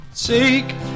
take